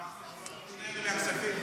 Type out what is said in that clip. שלושתנו מהכספים.